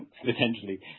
potentially